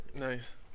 Nice